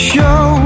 Show